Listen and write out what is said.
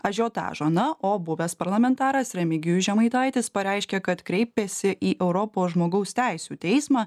ažiotažo na o buvęs parlamentaras remigijus žemaitaitis pareiškė kad kreipėsi į europos žmogaus teisių teismą